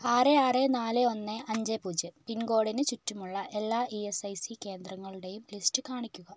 ആറ് ആറ് നാല് ഒന്ന് അഞ്ച് പൂജ്യം പിൻകോഡിന് ചുറ്റുമുള്ള എല്ലാ ഇ എസ് ഐ സി കേന്ദ്രങ്ങളുടെയും ലിസ്റ്റ് കാണിക്കുക